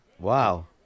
Wow